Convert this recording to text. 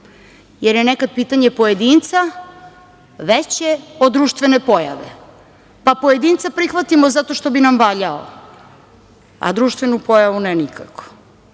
jer je nekada pitanje pojedinca veće od društvene pojave, pa pojedinca prihvatimo zato što bi nam valjao, a društvenu pojavu ne